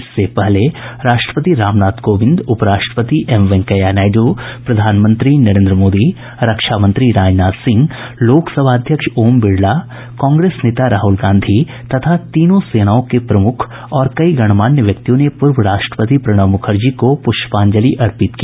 इससे पहले राष्ट्रपति रामनाथ कोविंद उपराष्ट्रपति एम वेंकैया नायडू प्रधानमंत्री नरेन्द्र मोदी रक्षामंत्री राजनाथ सिंह लोकसभा अध्यक्ष ओम बिड़ला कांग्रेस नेता राहुल गांधी तथा तीनों सेनाओं के प्रमुख और कई गणमान्य व्यक्तियों ने पूर्व राष्ट्रपति प्रणब मुखर्जी को पुष्पांजलि अर्पित की